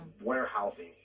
warehousing